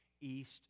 east